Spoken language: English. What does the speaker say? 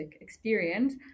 experience